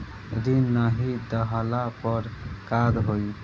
ऋण नही दहला पर का होइ?